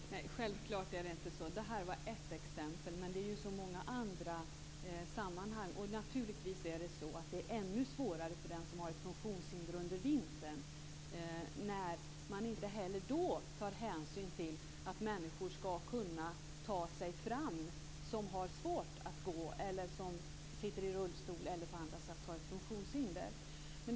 Fru talman! Självfallet är det inte så. Detta var ett exempel, men det handlar om så många andra sammanhang. Det är naturligtvis ännu svårare för den som har ett funktionshinder på vintern, när man inte heller då tar hänsyn till att de människor som har svårt att gå, sitter i rullstol eller på andra sätt är funktionshindrade skall kunna ta sig fram.